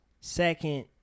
Second